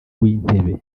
w’intebe